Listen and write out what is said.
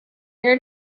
your